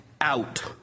out